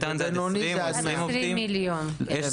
בינוני מוגדר כעסק של עד 100 מיליון ₪ מחזור או עד 100 עובדים,